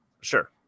sure